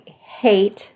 hate